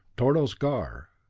tordos gar,